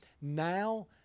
now